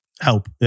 help